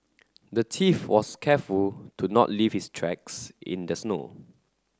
the thief was careful to not leave his tracks in the snow